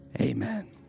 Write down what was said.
amen